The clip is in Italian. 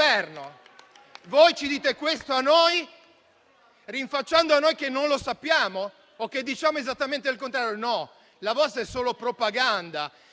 Voi dite questo a noi, rinfacciandoci che non lo sappiamo o che diciamo esattamente il contrario? No, la vostra è solo propaganda,